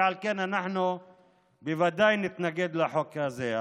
ועל כן אנחנו ודאי נתנגד לחוק הזה.